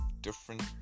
different